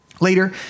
Later